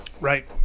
right